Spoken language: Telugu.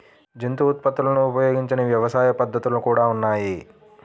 జంతు ఉత్పత్తులను ఉపయోగించని వ్యవసాయ పద్ధతులు కూడా ఉన్నాయి